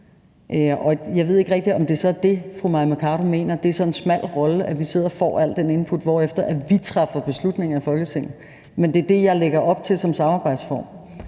Jeg ved ikke rigtig, om det så er det, fru Mai Mercado mener, altså at det er sådan en smal rolle, at vi sidder og får alle de input, hvorefter vi træffer beslutninger i Folketinget. Men det er det, jeg lægger op til som samarbejdsform.